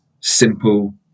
simple